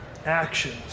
Actions